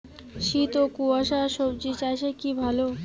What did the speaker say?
শীত ও কুয়াশা স্বজি চাষে কি ভালো?